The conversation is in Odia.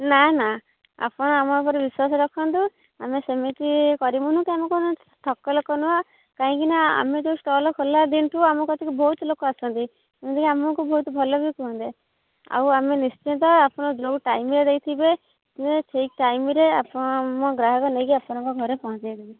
ନା ନା ଆପଣ ଆମ ଉପରେ ବିଶ୍ୱାସ ରଖନ୍ତୁ ଆମେ ସେମିତି କରିବୁନି ତ ଆମେ କୌଣସି ଠକ ଲୋକ ନୁହେଁ କାହିଁକିନା ଆମେ ଯେଉଁ ଷ୍ଟଲ୍ ଖୋଲିଲା ଦିନଠୁ ଆମ କତିକୁ ବହୁତ ଲୋକ ଆସୁଛନ୍ତି ଏମିତିକି ଆମକୁ ବହୁତ ଭଲ ବି କୁହନ୍ତି ଆଉ ଆମେ ନିଶ୍ଚିତ ଆପଣ ଯେଉଁ ଟାଇମ୍ରେ ଦେଇଥିବେ ସେ ଠିକ୍ ଟାଇମ୍ରେ ଆପଣ ମୋ ଗ୍ରାହକ ନେଇକି ଆପଣଙ୍କ ଘରେ ପହଞ୍ଚାଇ ଦେବେ